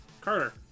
Carter